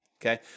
okay